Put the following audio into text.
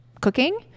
cooking